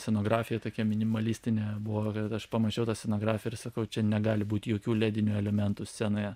scenografija tokia minimalistinė buvo bet aš pamačiau tą scenografiją ir sakau čia negali būti jokių leidinių elementų scenoje